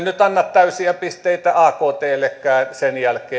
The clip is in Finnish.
nyt anna täysiä pisteitä aktllekään sen jälkeen mitä